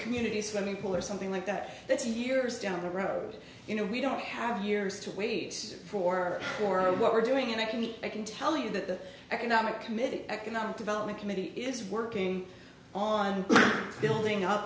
community swimming pool or something like that that's years down the road you know we don't have years to wait for sure what we're doing and it can be i can tell you that the economic committee economic development committee is working on building up